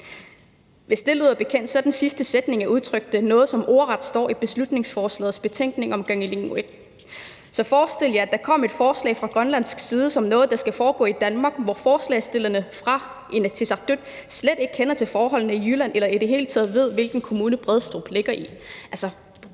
Hvis det lyder bekendt, er den sidste sætning, jeg udtrykte, noget, som ordret står i beslutningsforslagets betænkning om Kangilinnguit. Så forestil jer, at der kom et forslag fra grønlandsk side om noget, der skal foregå i Danmark, hvor forslagsstillerne fra Inatsisartut slet ikke kender til forholdene i Jylland eller i det hele taget ved, hvilken kommune Bredstrup ligger i.